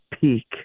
peak